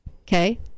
okay